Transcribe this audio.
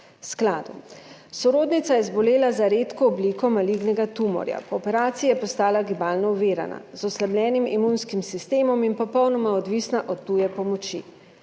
skladu. Sorodnica je zbolela za redko obliko malignega tumorja, po operaciji je postala gibalno ovirana, z oslabljenim imunskim sistemom in popolnoma odvisna od tuje pomoči.